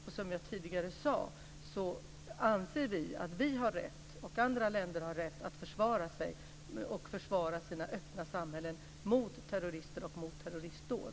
Och som jag tidigare sade anser vi att vi och andra länder har rätt att försvara oss och våra öppna samhällen mot terrorister och mot terroristdåd.